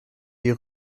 die